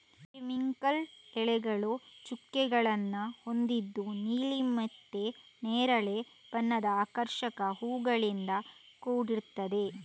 periwinkle ಎಲೆಗಳಲ್ಲಿ ಚುಕ್ಕೆಗಳನ್ನ ಹೊಂದಿದ್ದು ನೀಲಿ ಮತ್ತೆ ನೇರಳೆ ಬಣ್ಣದ ಆಕರ್ಷಕ ಹೂವುಗಳಿಂದ ಕೂಡಿರ್ತದೆ